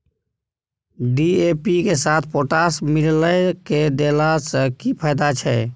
DAP के साथ potash मिललय के देला स की फायदा छैय?